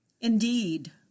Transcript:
Indeed